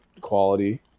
quality